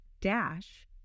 dash